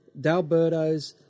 Dalbertos